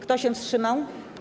Kto się wstrzymał?